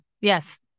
Yes